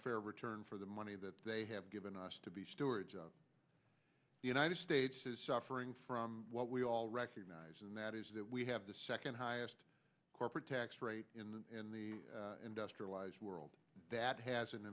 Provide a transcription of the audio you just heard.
fair return for the money that they have given us to be stewards of the united states is suffering from what we all recognize and that is that we have the second highest corporate tax rate in the industrialized world that has